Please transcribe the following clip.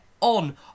on